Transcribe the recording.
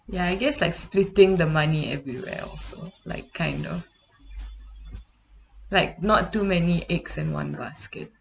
ya I guess like splitting the money everywhere also like kind of like not too many eggs in one basket